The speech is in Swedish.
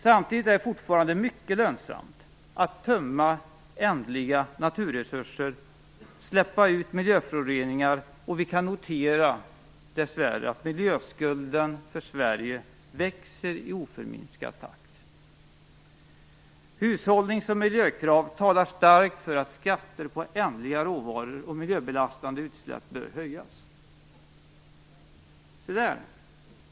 Samtidigt är det fortfarande mycket lönsamt att tömma ändliga naturresurser och släppa ut miljöföroreningar, och vi kan dessvärre notera att miljöskulden för Sverige växer i oförminskad takt. Hushållnings och miljökrav talar starkt för att skatter på ändliga råvaror och miljöbelastande utsläpp bör höjas. Se där!